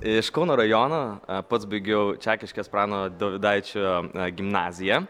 iš kauno rajono pats baigiau čekiškės prano dovydaičio gimnaziją